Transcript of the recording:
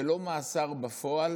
ולא מאסר בפועל?